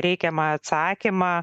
reikiamą atsakymą